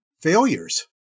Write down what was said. failures